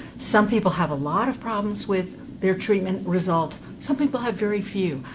some people have a lot of problems with their treatment result. some people have very few.